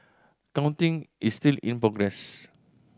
counting is still in progress